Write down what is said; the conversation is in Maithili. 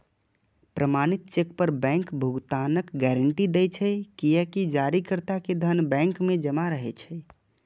प्रमाणित चेक पर बैंक भुगतानक गारंटी दै छै, कियैकि जारीकर्ता के धन बैंक मे जमा रहै छै